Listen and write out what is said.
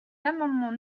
l’amendement